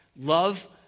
Love